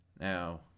Now